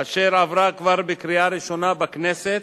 אשר כבר עברה בקריאה ראשונה בכנסת,